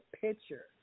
picture